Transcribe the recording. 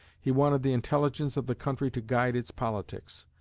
he wanted the intelligence of the country to guide its politics.